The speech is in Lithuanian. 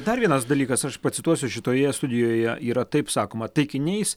dar vienas dalykas aš pacituosiu šitoje studijoje yra taip sakoma taikiniais